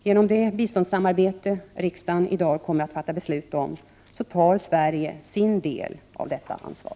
Genom det biståndssamarbete som riksdagen i dag kommer att fatta beslut om tar Sverige sin del av detta ansvar.